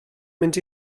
mynd